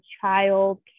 child